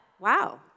wow